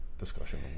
Discussion